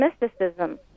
mysticism